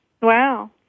Wow